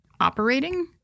operating